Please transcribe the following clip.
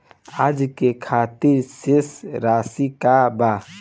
आज के खातिर शेष राशि का बा?